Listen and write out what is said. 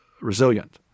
resilient